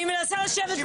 אני מנסה לשבת פה, נכון.